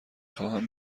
خواهم